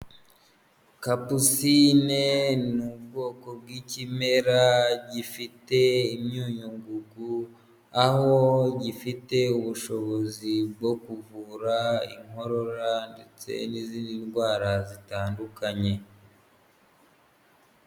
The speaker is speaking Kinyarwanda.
Kapusine ni ubwoko bw'ikimera gifite imyunyungugu, aho gifite ubushobozi bwo kuvura inkorora ndetse n'izindi ndwara zitandukanye.